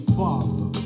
father